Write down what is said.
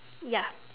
ya